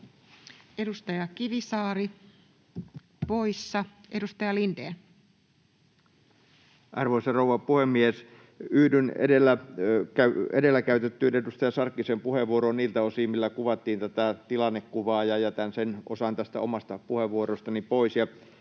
muuttamisesta Time: 18:48 Content: Arvoisa rouva puhemies! Yhdyn edellä käytettyyn edustaja Sarkkisen puheenvuoroon niiltä osin, millä kuvattiin tätä tilannekuvaa, ja jätän sen osan tästä omasta puheenvuorostani pois